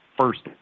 first